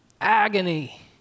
agony